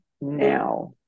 now